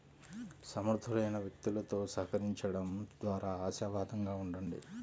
సమర్థులైన వ్యక్తులతో సహకరించండం ద్వారా ఆశావాదంగా ఉండండి